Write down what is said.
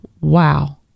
wow